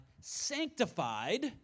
sanctified